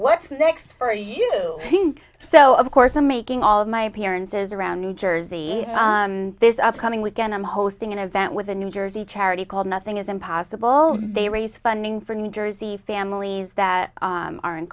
what's next for you i think so of course i'm making all of my appearances around new jersey this upcoming weekend i'm hosting an event with a new jersey charity called nothing is impossible they raise funding for needy the families that are in